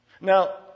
Now